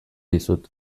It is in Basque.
dizut